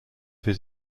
his